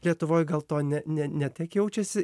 lietuvoj dėl to ne ne ne tiek jaučiasi